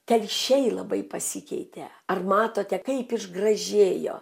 telšiai labai pasikeitė ar matote kaip išgražėjo